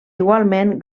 igualment